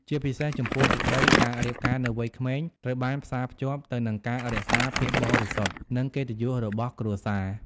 ជាពិសេសចំពោះស្ត្រី ការរៀបការនៅវ័យក្មេងត្រូវបានផ្សារភ្ជាប់ទៅនឹងការរក្សាភាពបរិសុទ្ធ និងកិត្តិយសរបស់គ្រួសារ ។